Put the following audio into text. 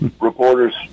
reporters